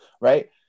right